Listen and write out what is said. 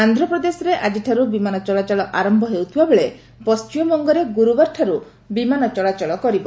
ଆନ୍ଧ୍ରପ୍ରଦେଶରେ ଆକିଠାରୁ ବିମାନ ଚଳାଚଳ ଆରମ୍ଭ ହେଉଥିବା ବେଳେ ପଶ୍ଚିମବଙ୍ଗରେ ଗୁରୁବାରଠାରୁ ବିମାନ ଚଳାଚଳ ଆରମ୍ଭ କରିବ